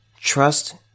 Trust